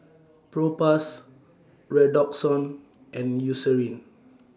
Propass Redoxon and Eucerin